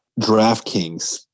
DraftKings